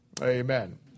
Amen